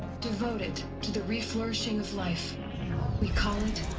devoted. to the reflourishing of life we call it.